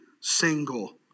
single